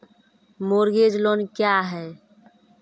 Mortgage loan क्या है?